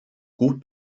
gut